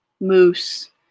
moose